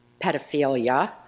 pedophilia